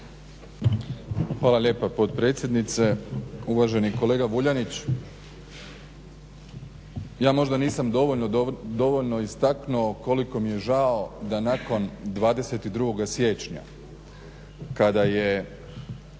Hvala lijepa potpredsjednice. Uvaženi kolega Vuljanić, ja možda nisam dovoljno istaknuo koliko mi je žao da nakon 22. siječnja kada je